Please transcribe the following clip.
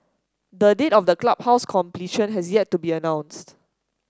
the date of the clubhouse completion has yet to be announced